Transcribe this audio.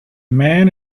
man